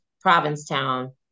Provincetown